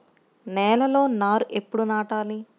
నేలలో నారు ఎప్పుడు నాటాలి?